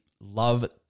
love